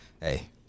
hey